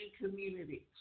communities